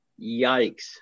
Yikes